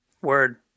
Word